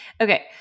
Okay